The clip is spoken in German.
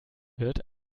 wird